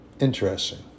Interesting